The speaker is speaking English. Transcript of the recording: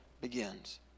begins